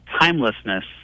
timelessness